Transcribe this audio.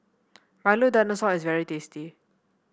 Milo Dinosaur is very tasty